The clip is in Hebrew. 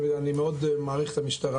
אני מאוד מעריך את המשטרה,